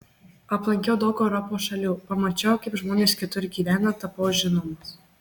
aplankiau daug europos šalių pamačiau kaip žmonės kitur gyvena tapau žinomas